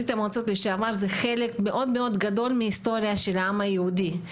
זה חלק מאוד מאוד גדול מההיסטוריה של העם היהודי,